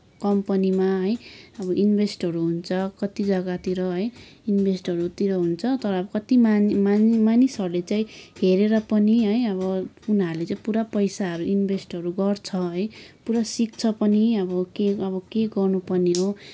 कम्पनीमा है अब इन्भेस्टहरू हुन्छ कति जग्गातिर है इन्भेस्टहरूतिर हुन्छ तर अब कति मानि मानि मानिसहरूले चाहिँ हेरेर पनि है अब उनीहरूले चाहिँ पुरा पैसाहरू इन्भेस्टहरू गर्छ है पुरा सिक्छ पनि अब के अब के गर्नुपर्ने हो